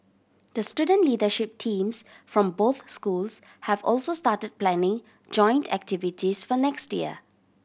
the student leadership teams from both schools have also started planning joint activities for next year